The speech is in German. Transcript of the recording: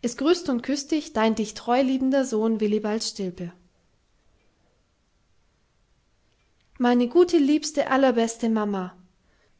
es grüßt und küßt dich dein dich treu liebender sohn willibald stilpe meine gute liebe allerbeste mama